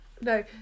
no